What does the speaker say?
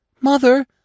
Mother